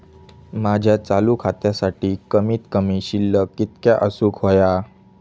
माझ्या चालू खात्यासाठी कमित कमी शिल्लक कितक्या असूक होया?